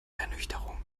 ernüchterung